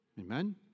Amen